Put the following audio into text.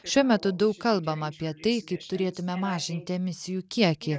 šiuo metu daug kalbama apie tai kaip turėtume mažinti emisijų kiekį